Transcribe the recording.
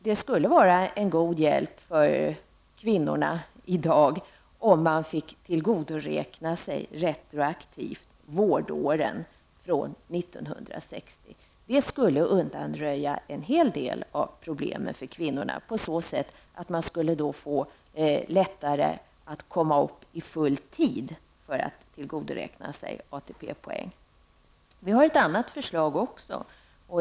Det skulle vara en god hjälp för kvinnorna i dag om man retroaktivt fick tillgodoräkna sig vårdåren från 1960. Det skulle undanröja en hel del av problemen för kvinnorna på så sätt att man lättare skulle komma upp i full tid för att tillgodoräkna sig ATP-poäng. Vi har också ett annat förslag.